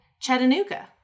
Chattanooga